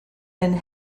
been